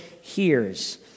hears